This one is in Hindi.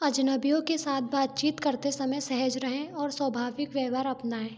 अजनबियों के साथ बातचीत करते समय सहज रहें और स्वभाविक व्यवहार अपनाएँ